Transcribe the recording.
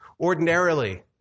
Ordinarily